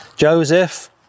Joseph